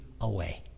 away